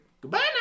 Goodbye